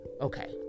okay